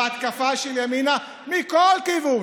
וההתקפה של ימינה מכל כיוון,